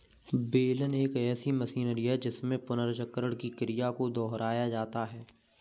बेलन एक ऐसी मशीनरी है जिसमें पुनर्चक्रण की क्रिया को दोहराया जाता है